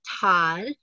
Todd